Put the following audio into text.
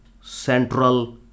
central